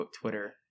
Twitter